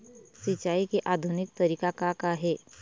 सिचाई के आधुनिक तरीका का का हे?